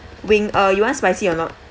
wing uh you want spicy or not